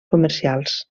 comercials